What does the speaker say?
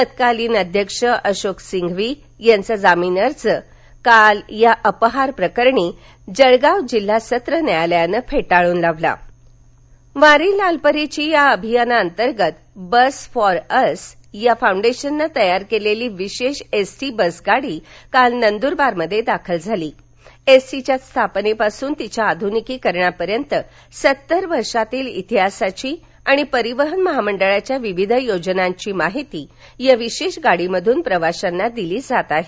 तत्कानिल अध्यक्ष अशोक संघवी यांचा जामीन अर्ज काल जळगाव जिल्हा सत्र न्यायालयानं फेटाळला लालपरी नंदुरबार वारी लालपरीची या अभियानाअंतर्गत बस फॉर अस फाऊंडेशनने तयार केलेली विशेष एस टी बसगाडी काल नंदुरबारमध्ये दाखल झाली एस टीच्या स्थापनेपासून तिच्या आधुनिकीकरणापर्यंत सत्तर वर्षातील इतिहासाची आणि परिवहन महामंडळाच्या विविध योजनांची माहिती या विशेष गाडीमधून प्रवाश्याना दिली जात आहे